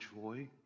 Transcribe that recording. joy